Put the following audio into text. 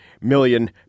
million